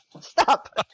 Stop